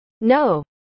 No